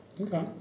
Okay